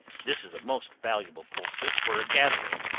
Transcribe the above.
this is a most valuable poultice for a gathering,